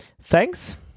Thanks